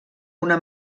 una